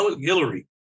Hillary